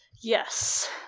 Yes